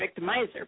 victimizer